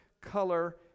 color